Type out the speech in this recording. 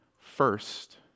First